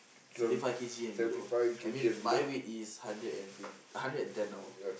seventy five K_G and below I mean my weight is hundred and twen~ hundred and ten now